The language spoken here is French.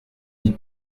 n’y